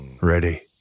ready